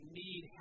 need